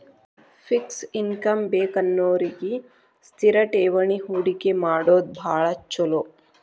fix ಇನ್ಕಮ್ ಬೇಕನ್ನೋರಿಗಿ ಸ್ಥಿರ ಠೇವಣಿ ಹೂಡಕಿ ಮಾಡೋದ್ ಭಾಳ್ ಚೊಲೋ